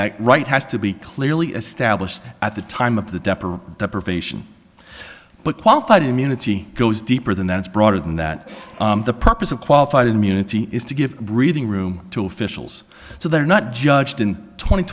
that right has to be clearly established at the time of the deprivation but qualified immunity goes deeper than that it's broader than that the purpose of qualified immunity is to give breathing room to officials so they're not judged in twenty